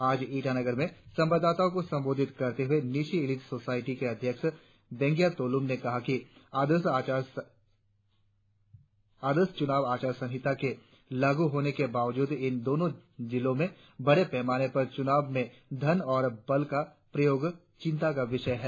आज ईटानगर में संवाददाताओं को संबोधित करते हुए निशी एलिट सोसायटी के अध्यक्ष बेंगिया तोलुम ने कहा कि आदर्श चुनाव आचार संहिता के लागू होने के बावजूद इन दोनों जिलों में बड़े पैमाने पर चूनाव में धन और बल का प्रयोग चिंता का विषय है